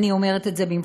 אני אומרת את זה במפורש: